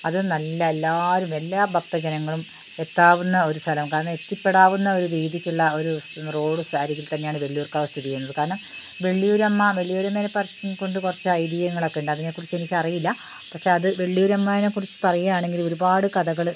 അത് നല്ല എല്ലാവരും എല്ലാ ഭക്ത ജനങ്ങളും എത്താവുന്ന ഒരു സ്ഥലം കാരണം എത്തിപ്പെടാവുന്ന ഒരു രീതിക്കുള്ള ഒരു റോഡ് സൈഡിൽ തന്നെയാണ് വെള്ളിയൂർക്കാവ് സ്ഥിതിചെയ്യുന്നത് കാരണം വെള്ളിയൂരമ്മ വെള്ളിയൂര് മേലെ കൊണ്ട് കുറച്ച് ഐതീഹ്യങ്ങളൊക്കെ ഉണ്ട് അതിനെക്കുറിച്ചെനിക്കറിയില്ല പക്ഷേ അത് വെള്ളിയൂരമ്മയെ കുറിച്ച് പറയുകയാണെങ്കിൽ ഒരുപാട് കഥകള്